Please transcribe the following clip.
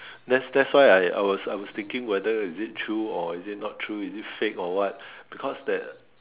that's that's why I I was I was thinking whether is it true or is not true is it fake or what because that